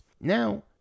Now